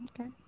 Okay